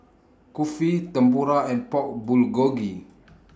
Kulfi Tempura and Pork Bulgogi